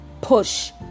push